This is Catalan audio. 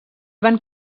van